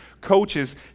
coaches